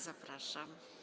Zapraszam.